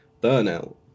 burnout